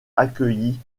accueilli